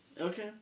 Okay